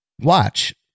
Watch